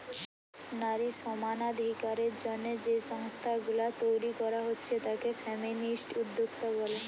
নারী সমানাধিকারের জন্যে যেই সংস্থা গুলা তইরি কোরা হচ্ছে তাকে ফেমিনিস্ট উদ্যোক্তা বলে